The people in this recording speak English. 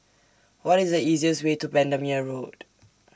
What IS The easiest Way to Bendemeer Road